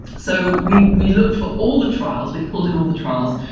so we we looked for all the trials, we've pulled in all the trials,